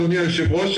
אדוני היושב ראש,